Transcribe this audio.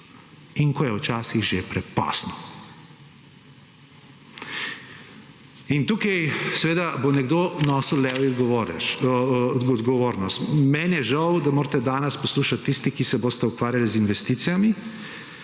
in ko je včasih že prepozno. In tukaj seveda bo nekdo nosil levjo odgovornost. Meni je žal, da morate danes poslušati tisti, ki se boste ukvarjali z investicijami,